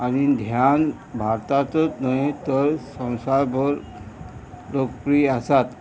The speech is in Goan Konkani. आनी ध्यान भारताचो न्हय तर संसार भर लोकप्रीय आसात